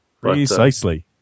Precisely